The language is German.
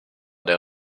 der